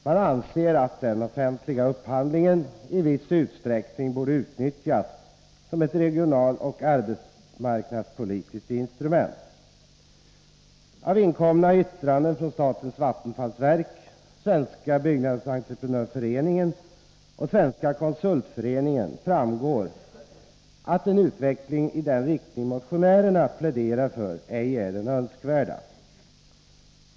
Man anser att den offentliga upphandlingen i viss utsträckning borde utnyttjas som ett regionaloch arbetsmarknadspolitiskt instrument. Av inkomna yttranden från statens vattenfallsverk, Svenska byggnadsentreprenörföreningen och Svenska konsultföreningen framgår att en utveckling i den riktning motionärerna pläderar för ej är den önskvärda.